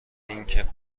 اینکه